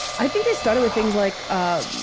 i think they started with things like um